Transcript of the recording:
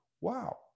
Wow